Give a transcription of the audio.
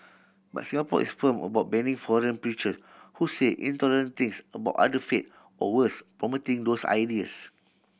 but Singapore is firm about banning foreign preacher who say intolerant things about other faiths or worse promoting those ideas